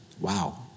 Wow